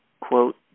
quote